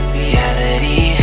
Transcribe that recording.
reality